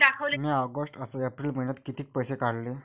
म्या ऑगस्ट अस एप्रिल मइन्यात कितीक पैसे काढले?